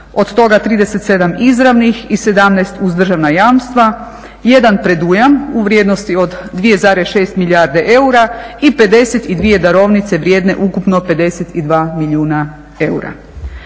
od toga 37 izravnih i 17 uz državna jamstva, 1 predujam u vrijednosti od 2,6 milijardi eura i 52 darovnice vrijedne ukupno 52 milijuna eura.